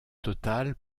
total